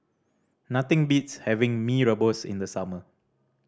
nothing beats having Mee Rebus in the summer